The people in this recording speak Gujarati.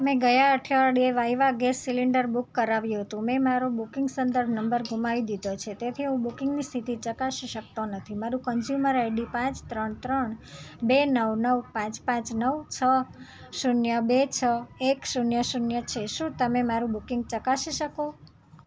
મેં ગયા અઠવાડિયે વાયવા ગેસ સિલિન્ડર બુક કરાવ્યું હતું મેં મારો બુકિંગ સંદર્ભ નંબર ગુમાવી દીધો છે તેથી હું બુકિંગની સ્થિતિ ચકાસી શકતો નથી મારું કન્ઝ્યુમર આઈડી પાંચ ત્રણ ત્રણ બે નવ નવ પાંચ પાંચ નવ છ શૂન્ય બે છ એક શૂન્ય શૂન્ય છે શું તમે મારું બુકિંગ ચકાસી શકો